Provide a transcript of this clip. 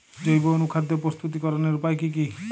জৈব অনুখাদ্য প্রস্তুতিকরনের উপায় কী কী?